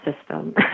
system